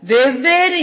வெவ்வேறு இ